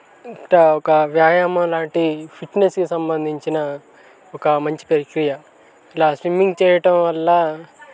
ఎంత ఒక వ్యాయామం లాంటి ఫిట్నెస్కి సంబంధించిన ఒక మంచి ప్రక్రియ ఇలా స్విమ్మింగ్ చేయటం వల్ల